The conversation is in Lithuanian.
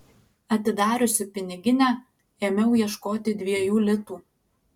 atidariusi piniginę ėmiau ieškoti dviejų litų